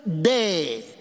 day